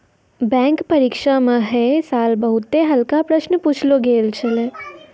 bank परीक्षा म है साल बहुते हल्का प्रश्न पुछलो गेल छलै